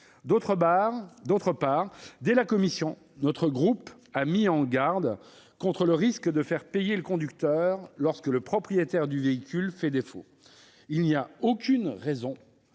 l'examen du texte en commission, notre groupe a mis en garde contre le risque de faire payer le conducteur lorsque le propriétaire du véhicule fait défaut. Il n'y a aucune raison